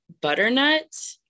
butternut